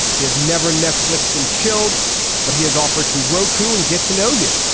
he has never netflix and chilled but he has offered to roku and get to know you.